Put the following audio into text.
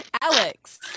Alex